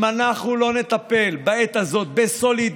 אם אנחנו לא נטפל בעת הזאת בסולידריות,